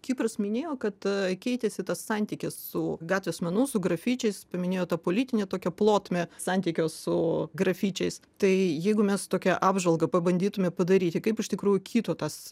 kipras minėjo kad keitėsi tas santykis su gatvės menu su grafičiais paminėjo tą politinę tokią plotmę santykio su grafičiais tai jeigu mes tokią apžvalgą pabandytume padaryti kaip iš tikrųjų kito tas